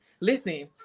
Listen